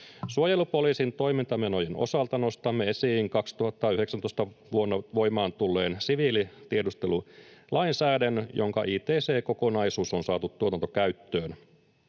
Suojelupoliisin toimintamenojen osalta nostamme esiin 2019 vuonna voimaan tulleen siviilitiedustelulainsäädännön, jonka ict-kokonaisuus on saatu tuotantokäyttöön.